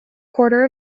quarter